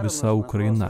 visa ukraina